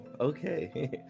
Okay